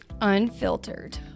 Unfiltered